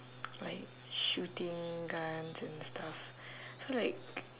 like shooting guns and stuff so like